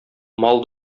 мал